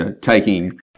taking